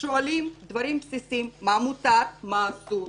שואלים דברים בסיסיים, מה מותר, מה אסור.